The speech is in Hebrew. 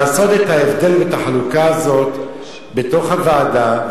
לעשות את ההבדל ואת החלוקה הזאת בתוך הוועדה,